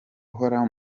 uhoraho